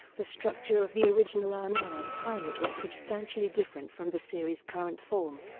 the structure of the original unaired pilot was substantially different from the series' current form.